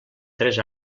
tres